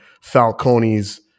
Falcone's